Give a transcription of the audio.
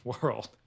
world